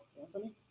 Anthony